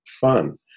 fun